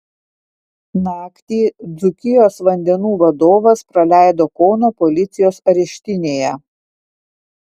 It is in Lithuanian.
naktį dzūkijos vandenų vadovas praleido kauno policijos areštinėje